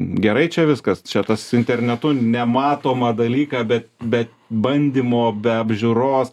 gerai čia viskas čia tas internetu nematomą dalyką bet be bandymo be apžiūros